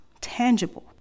tangible